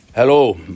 Hello